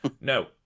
no